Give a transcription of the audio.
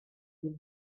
been